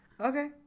Okay